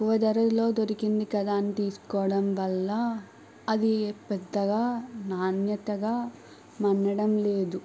తక్కువ ధరలో దొరికింది కదా అని తీసుకోవడం వల్ల అది పెద్దగా నాణ్యతగా మన్నడం లేదు